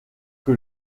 que